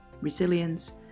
resilience